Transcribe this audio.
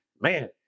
man